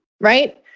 right